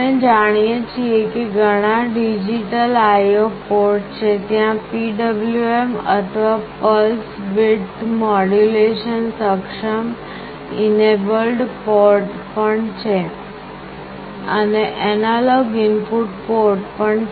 આપણે જાણીએ છીએ કે ઘણા ડિજિટલ IO પોર્ટ છે ત્યાં PWM અથવા પલ્સ વિડ્થ મોડ્યુલેશન સક્ષમ પોર્ટ પણ છે અને એનાલોગ ઇનપુટ પોર્ટ પણ છે